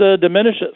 diminishes